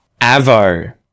AVO